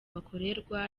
bakorerwa